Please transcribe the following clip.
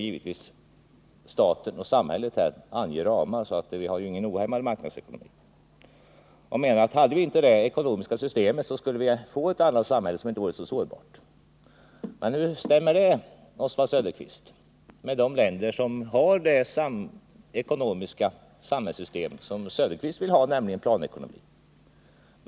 Givetvis anger dock samhället ramar, så vi har ingen ohämmad marknadsekonomi. Oswald Söderqvist menar att hade vi inte det ekonomiska systemet, skulle vi få ett annat samhälle som inte vore så sårbart. Men hur stämmer det med de länder som har det ekonomiska samhällssystem som Oswald Söderqvist vill ha, nämligen planekonomi?